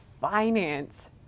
finance